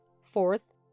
fourth